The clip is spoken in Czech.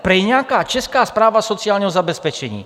Prý nějaká Česká správa sociálního zabezpečení.